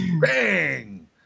Bang